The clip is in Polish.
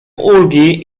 ulgi